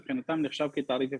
נחשב מבחינתם כתעריף הפסדי,